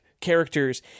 characters